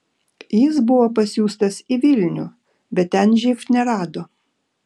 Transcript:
jis buvo pasiųstas į vilnių bet ten živ nerado